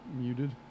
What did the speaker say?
muted